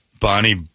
Bonnie